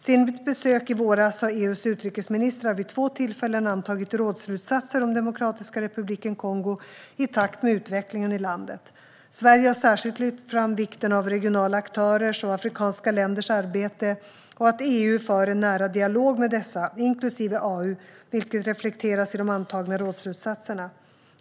Sedan mitt besök i våras har EU:s utrikesministrar vid två tillfällen antagit rådsslutsatser om Demokratiska republiken Kongo i takt med utvecklingen i landet. Sverige har särskilt lyft fram vikten av regionala aktörers och afrikanska länders arbete och att EU för en nära dialog med dessa, inklusive AU, vilket reflekteras i de antagna rådsslutsatserna.